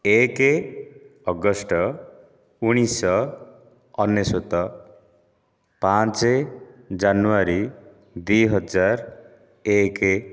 ଏକ ଅଗଷ୍ଟ ଉଣେଇଶିଶହ ଅନେଶତ ପାଞ୍ଚ ଜାନୁଆରୀ ଦୁଇ ହଜାର ଏକ